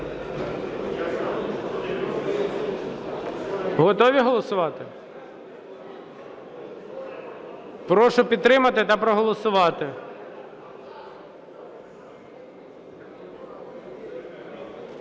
Готові голосувати? Прошу підтримати та проголосувати.